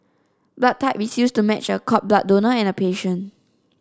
blood type is used to match a cord blood donor and a patient